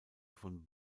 von